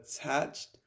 attached